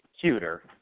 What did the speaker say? cuter